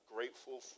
Grateful